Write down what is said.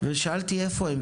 ושאלתי איפה הם,